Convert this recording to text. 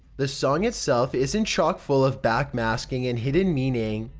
the song, itself, isn't chock full of backmasking and hidden meaning,